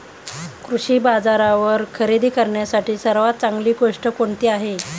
कृषी बाजारावर खरेदी करण्यासाठी सर्वात चांगली गोष्ट कोणती आहे?